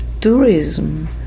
tourism